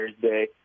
Thursday